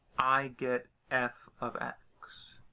i get f of x.